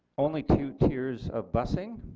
only two tiers of busing